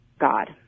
God